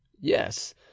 Yes